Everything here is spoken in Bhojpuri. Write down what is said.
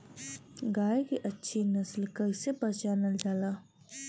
गाय के अच्छी नस्ल कइसे पहचानल जाला?